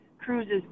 cruises